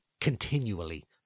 continually